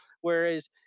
Whereas